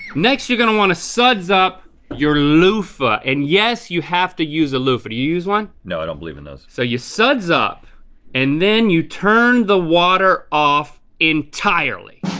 next you're gonna wanna suds up your loofah and yes, you have to use a loofah, do you use one? no i don't believe in those. so you suds up and then you turn the water off entirely.